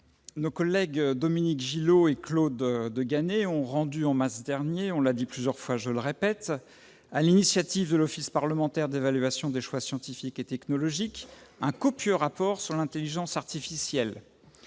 Nos collègues Dominique Gillot et Claude de Ganay ont rendu au mois de mars dernier, sur l'initiative de l'Office parlementaire d'évaluation des choix scientifiques et technologiques, un copieux rapport sur l'intelligence artificielle.